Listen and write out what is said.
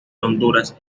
honduras